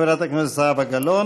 חברת הכנסת זהבה גלאון,